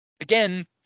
again